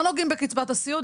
לא נוגעים בקצבת הסיעוד,